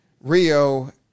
Rio